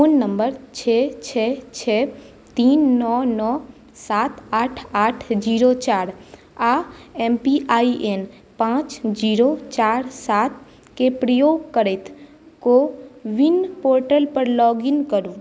phone number छओ छओ छओ तीन नओ नओ सात आठ आठ जीरो चारि आ एम पी आइ एन पाँच जीरो चारि सात के प्रयोग करैत को विन पोर्टल पर लॉग इन करू